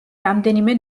რამდენიმე